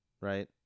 right